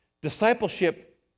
Discipleship